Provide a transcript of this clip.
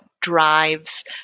drives